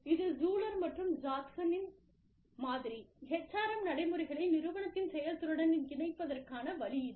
இது ஷூலர் மற்றும் ஜாக்சனின் மாதிரி HRM நடைமுறைகளை நிறுவனத்தின் செயல்திறனுடன் இணைப்பதற்கான வழி இது